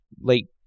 late